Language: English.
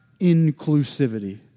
inclusivity